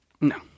No